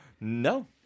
No